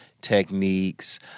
techniques